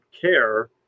care